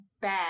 bad